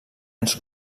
ens